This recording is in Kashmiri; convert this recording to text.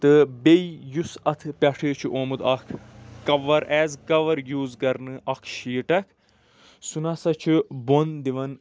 تہٕ بیٚیہِ یُس اَتھ پؠٹھ یہِ چھُ آمُت اَکھ کَوَر ایز کَوَر یوٗز کَرنہٕ اَکھ شیٖٹ اکھ سُہ نَسا چھُنہٕ بۄن دِوان